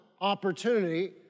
opportunity